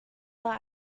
but